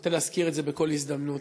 נוטה להזכיר את זה בכל הזדמנות.